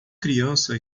criança